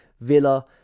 Villa